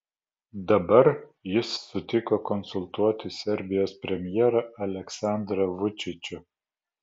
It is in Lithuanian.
dabar jis sutiko konsultuoti serbijos premjerą aleksandrą vučičių